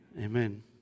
amen